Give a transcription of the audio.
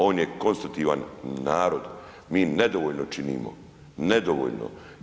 On je konstutivan narod, mi nedovoljno činimo, nedovoljno.